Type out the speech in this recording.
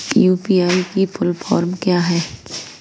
UPI की full form क्या है?